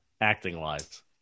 acting-wise